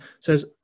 says